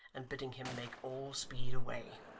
and bidding him make all speed away.